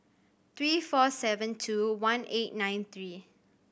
three four seven two one eight nine three